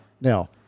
Now